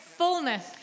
fullness